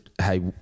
Hey